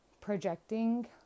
projecting